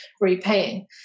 repaying